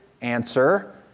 answer